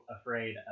afraid